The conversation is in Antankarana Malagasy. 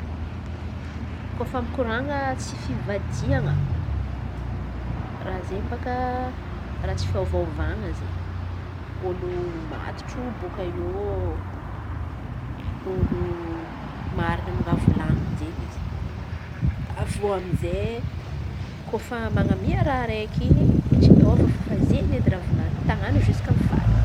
Kôfa mikoran̈a tsy fivadihan̈a, raha izen̈y baka raha tsy fiovaovan̈a izen̈y. Olo matotry bôaka eo olo marin̈y amy raha volan̈iny izen̈y izy. Avy eo amizy kôfa man̈amia raha raiky in̈y tsy miova fefa zay edy raha volan̈iny tan̈any ziska amy faran̈y.